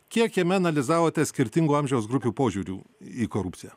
kiek jame analizavote skirtingų amžiaus grupių požiūrių į korupciją